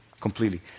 completely